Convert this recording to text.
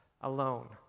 alone